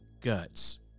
guts